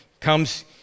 comes